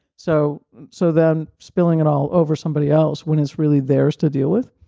so so then spilling it all over somebody else when it's really theirs to deal with,